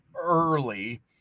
early